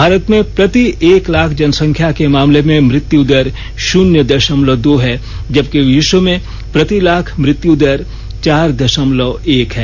भारत में प्रति एक लाख जनसंख्या के मामले में मृत्यु दर शुन्य दशमलव दो है जबकि विश्व में प्रति लाख मृत्यु दर चार दशमलव एक है